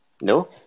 No